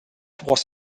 was